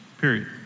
period